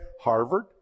Harvard